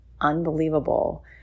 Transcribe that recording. unbelievable